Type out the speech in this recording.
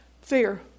Fear